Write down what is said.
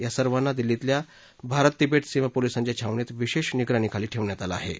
या सर्वांना दिल्लीतल्या भारत तिबेट सीमा पोलिसांच्या छावणीत विशेष निगराणीखाली ठेवण्यात आलं होतं